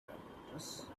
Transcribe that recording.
apparatus